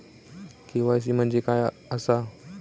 KYC म्हणजे काय आसा?